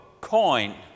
coin